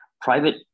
Private